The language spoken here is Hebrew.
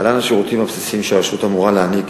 2. להלן השירותים הבסיסיים שהרשות אמורה להעניק